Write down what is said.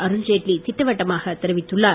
அருண்ஜேட்லி திட்டவட்டமாக தெரிவித்துள்ளார்